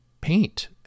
paint